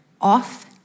off